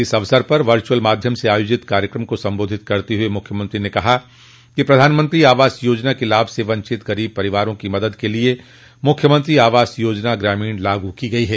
इस अवसर पर वर्चुअल माध्यम से आयोजित कार्यक्रम को संबोधित करते हुए मुख्यमंत्री ने कहा कि प्रधानमंत्री आवास योजना के लाभ से वंचित गरीब परिवारों की मदद के लिये मुख्यमंत्री आवास योजना ग्रामीण लागू की गई है